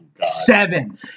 Seven